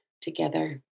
together